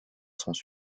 sans